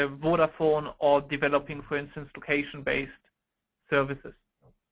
ah vodafone, or developing, for instance, location-based services.